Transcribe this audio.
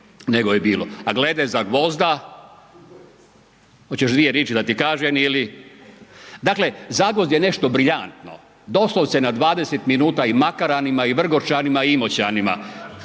nego je bilo. A glede Zagvozda, oćeš dvije riči da ti kažem ili? Dakle, Zagvozd je nešto brilijantno, doslovce na 20 minuta i Makaranima i Vrgorčanima i Imoćanima